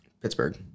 Pittsburgh